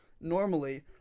normally